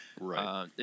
Right